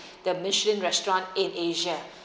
the michelin restaurant in asia